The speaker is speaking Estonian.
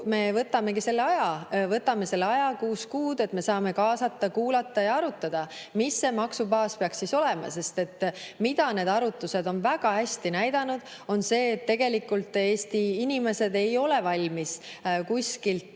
me võtamegi selle aja. Võtame selle aja, kuus kuud, et me saaksime kaasata, kuulata ja arutada, mis see maksubaas peaks olema, sest arvutused on väga hästi näidanud, et tegelikult Eesti inimesed ei ole valmis kuskilt